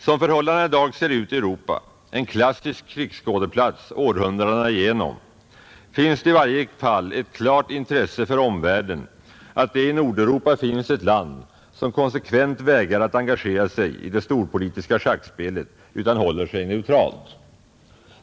Som förhållandena i dag ser ut i Europa — en klassisk krigsskådeplats århundradena igenom — finns det i varje fall ett klart intresse för omvärlden att det i Nordeuropa finns ett land som konsekvent vägrar att engagera sig i det storpolitiska schackspelet utan håller sig neutralt.